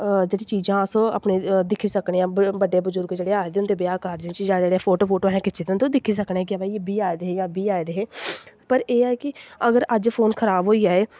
जेह्ड़ी चीज़ां अस अपने दिक्खी सकने आं बड्डे बजुर्ग जेह्ड़े आए दे होंदे ब्याह् कारज़े च जां जेह्ड़े फोटो फाटो असें खिच्चे दे होंदे ओह् बी दिक्खी सकने कि एह् बी आए दे हे एह् बी आए दे हे पर एह् ऐ कि एगर अज्ज फोन खराब होई जाए